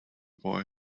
boy